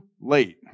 late